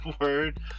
word